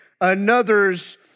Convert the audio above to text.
another's